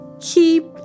Keep